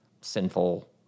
sinful